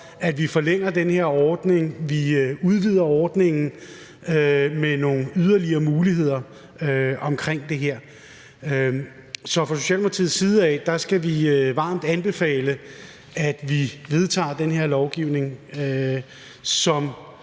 at vi forlænger den her ordning. Vi udvider ordningen med nogle yderligere muligheder her. Fra Socialdemokratiets side skal vi varmt anbefale, at vi vedtager den her lovgivning, som